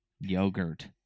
yogurt